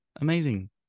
Amazing